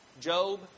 Job